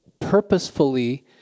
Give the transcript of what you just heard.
purposefully